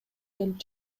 келип